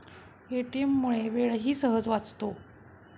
ATM मुळे वेळही सहज वाचतो